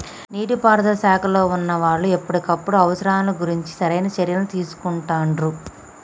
నీటి పారుదల శాఖలో వున్నా వాళ్లు ఎప్పటికప్పుడు అవసరాలను గుర్తించి సరైన చర్యలని తీసుకుంటాండ్రు